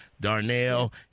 Darnell